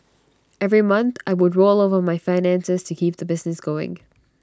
every month I would roll over my finances to keep the business going